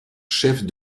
chefs